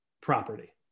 property